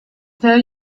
tell